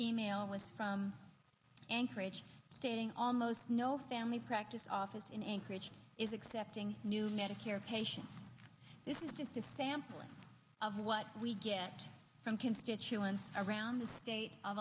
email with from anchorage stating almost no family practice office in anchorage is accepting new medicare patients this is just a sample of what we get from constituents around the state of